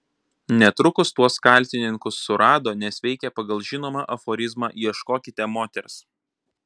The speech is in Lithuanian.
netrukus tuos kaltininkus surado nes veikė pagal žinomą aforizmą ieškokite moters